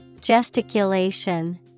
Gesticulation